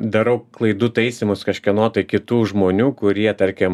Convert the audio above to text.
darau klaidų taisymus kažkieno tai kitų žmonių kurie tarkim